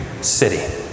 city